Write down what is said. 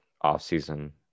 off-season